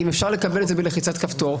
אם אפשר לקבל את זה בלחיצת כפתור,